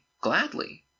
gladly